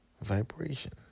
vibration